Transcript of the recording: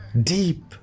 deep